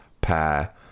pair